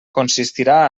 consistirà